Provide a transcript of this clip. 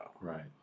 Right